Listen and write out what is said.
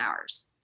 hours